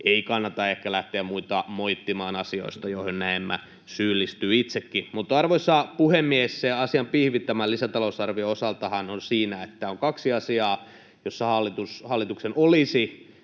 Ei kannata ehkä lähteä muita moittimaan asioista, joihin näemmä syyllistyy itsekin. Mutta, arvoisa puhemies, se asian pihvi tämän lisätalousarvion osaltahan on siinä, että on kaksi asiaa, joissa hallituksen olisi